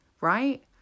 right